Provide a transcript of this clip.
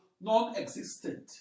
non-existent